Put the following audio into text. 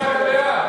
אתה הצבעת בעד.